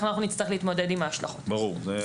זה נאמר וחשוב גם מבחינתי לציין.